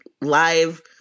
live